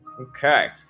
Okay